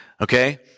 Okay